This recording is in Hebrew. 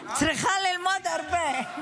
צריכה ללמוד הרבה.